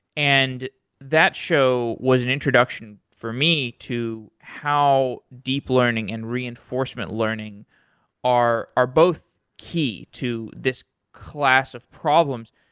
and that show was an introduction for me to how deep learning and reinforcement learning are are both key to this class of problems.